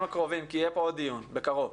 יהיה פה עוד דיון, בקרוב.